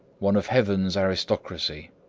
one of heaven's aristocracy.